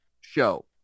Show